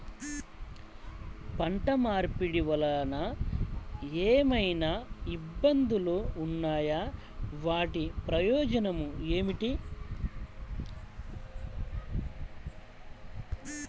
పంట మార్పిడి వలన ఏమయినా ఇబ్బందులు ఉన్నాయా వాటి ప్రయోజనం ఏంటి?